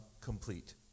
Complete